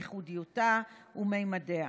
ייחודה וממדיה.